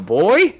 boy